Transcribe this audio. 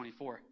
24